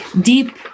deep